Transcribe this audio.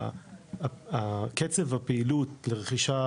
קצב הפעילות לרכישה,